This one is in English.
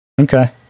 Okay